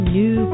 new